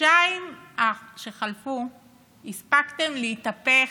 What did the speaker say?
בחודשיים שחלפו הספקתם להתהפך,